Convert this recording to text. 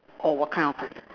or what kind of food